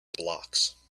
blocks